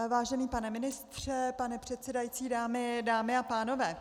Vážený pane ministře, pane předsedající, dámy a pánové.